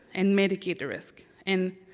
and medicate the risk, and